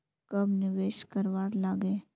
कब निवेश करवार लागे?